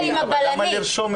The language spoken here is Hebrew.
עם הבלנית